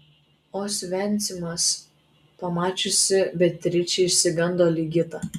osvencimas pamačiusi beatričę išsigando ligita